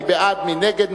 מי בעד ומי נגד.